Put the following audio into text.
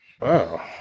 Wow